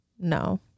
no